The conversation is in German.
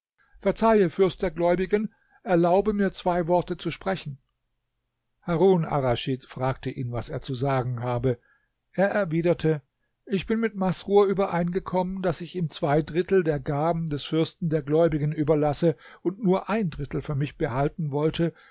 verzeihe fürst der gläubigen erlaube mir zwei worte zu sprechen harun arraschid fragte ihn was er zu sagen habe er erwiderte ich bin mit masrur übereingekommen daß ich ihm zwei drittel der gaben des fürsten der gläubigen überlassen und nur ein drittel für mich behalten wollte